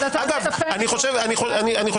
סליחה שאני אומרת,